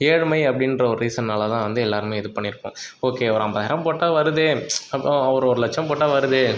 ஏழ்மை அப்படின்ற ஒரு ரீசன்னால் தான் வந்து எல்லோருமே இது பண்ணியிருப்போம் ஓகே அம்பதாயிரம் போட்டால் வருதே அப்புறம் ஒரு ஒரு லட்சம் போட்டால் வருதே